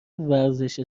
ورزش